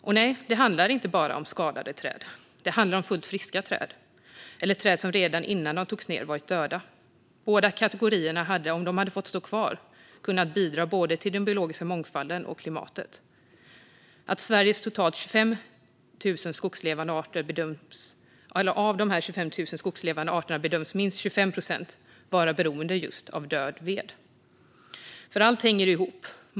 Nej, det handlar inte bara om skadade träd. Det handlar om fullt friska träd eller träd som redan innan de togs ner var döda. Båda kategorierna hade om de hade fått stå kvar kunnat bidra både till den biologiska mångfalden och klimatet. Av Sveriges totalt 25 000 skogslevande arter bedöms minst 25 procent vara beroende av just död ved. Allt hänger ihop.